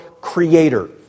creator